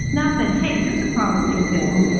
not that hey, here's a promising thing,